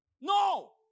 No